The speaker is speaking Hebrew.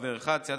חבר אחד,